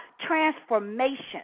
transformation